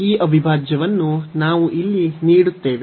ಈ ಅವಿಭಾಜ್ಯವನ್ನು ನಾವು ಇಲ್ಲಿ ನೀಡುತ್ತೇವೆ